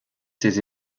ses